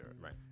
right